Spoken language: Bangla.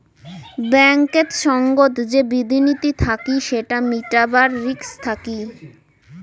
ব্যাঙ্কেত সঙ্গত যে বিধি নীতি থাকি সেটা মিটাবার রিস্ক থাকি